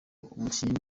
umukinnyi